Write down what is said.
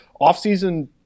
offseason